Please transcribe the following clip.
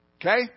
Okay